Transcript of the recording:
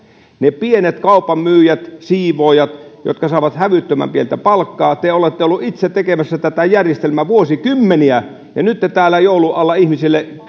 ne pienet kaupan myyjät siivoojat jotka saavat hävyttömän pientä palkkaa te olette olleet itse tekemässä tätä järjestelmää vuosikymmeniä ja nyt te täällä joulun alla ihmisille